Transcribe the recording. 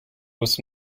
was